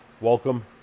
welcome